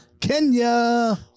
Kenya